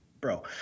bro